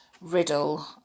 riddle